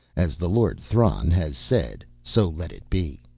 as the lord thran has said, so let it be.